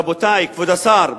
רבותי, כבוד השר,